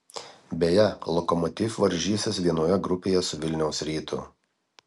beje lokomotiv varžysis vienoje grupėje su vilniaus rytu